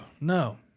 no